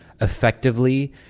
effectively